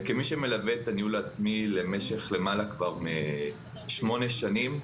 כמי שמלווה את הניהול העצמי במשך למעלה משמונה שנים,